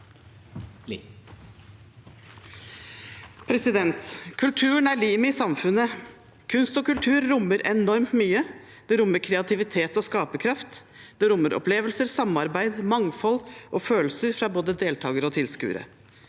Kulturen er limet i sam- funnet. Kunst og kultur rommer enormt mye. Det rommer kreativitet og skaperkraft, det rommer opplevelser, samarbeid, mangfold og følelser fra både deltagere og tilskuere.